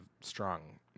strong